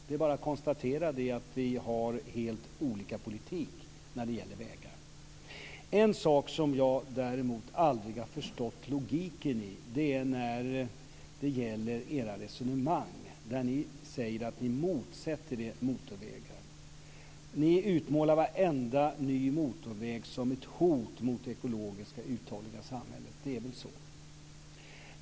Det är bara att konstatera att vi har helt olika politik när det gäller vägar. En sak som jag däremot aldrig har förstått logiken i är när ni i era resonemang säger att ni motsätter er motorvägar. Ni utmålar varenda ny motorväg som ett hot mot det ekologiskt uthålliga samhället. Det är väl så.